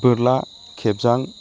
बोरला खेबजां